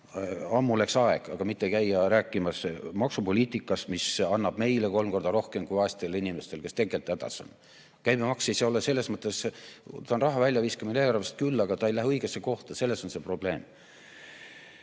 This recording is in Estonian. Ammu oleks aeg, aga mitte käia rääkimas maksupoliitikast, mis annab meile kolm korda rohkem kui vaestele inimestele, kes tegelikult hädas on. Käibemaks ei [aita] selles mõttes. See on raha väljaviskamine eelarvest küll, aga see ei lähe õigesse kohta. Selles on